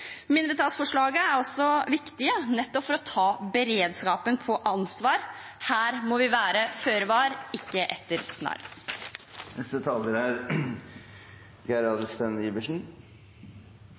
er også viktige, nettopp for å ta ansvar for beredskapen. Her må vi være føre var, ikke etter